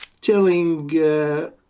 telling